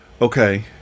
Okay